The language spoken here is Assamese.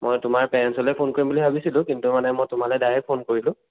মই তোমাৰ পেৰেন্টচলৈ ফোন কৰিম ভাবিছিলো কিন্তু মানে তোমালৈ ডাইৰেক্ট ফোন কৰিলো